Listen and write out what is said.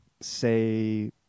say